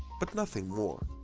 but nothing more.